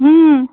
हूँ